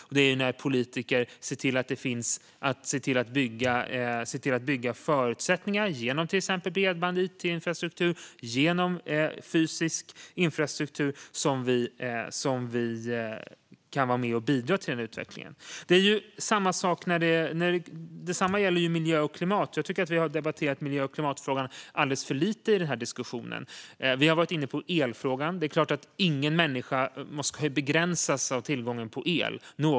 Och det är när politiker ser till att bygga förutsättningar, till exempel genom bredband och it-infrastruktur och genom fysisk infrastruktur, som vi kan vara med och bidra till den här utvecklingen. Detsamma gäller miljö och klimat. Jag tycker att vi har debatterat miljö och klimatfrågan alldeles för lite i den här diskussionen. Vi har varit inne på elfrågan. Det är klart att ingen människa någonsin ska begränsas av tillgången på el.